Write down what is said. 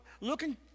looking